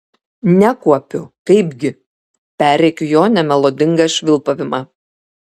nekuopiu kaipgi perrėkiu jo nemelodingą švilpavimą